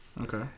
Okay